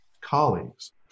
colleagues